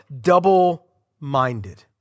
double-minded